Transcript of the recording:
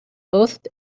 both